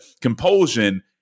compulsion